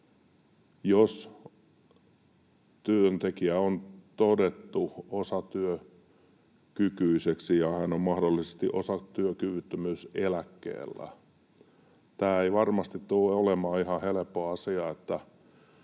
jos työntekijä on todettu osatyökykyiseksi ja hän on mahdollisesti osatyökyvyttömyyseläkkeellä. Tämä ei varmasti tule olemaan ihan helppo asia,